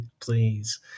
please